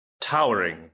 towering